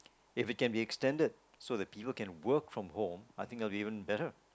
if it can be extended so that people can work from home I think that will be even better